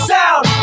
Sound